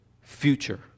future